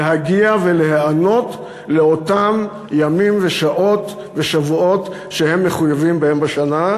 להגיע ולהיענות לאותם ימים ושעות ושבועות שהם מחויבים בהם בשנה.